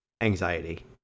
anxiety